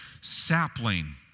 sapling